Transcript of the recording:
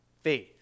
faith